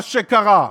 לכן, מה שקרה,